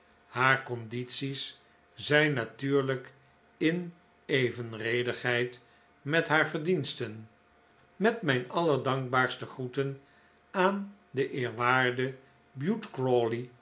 haar condities zijn natuurlijk in evenredigheid met haar verdiensten met mijn allerdankbaarste groeten aan den eerwaarden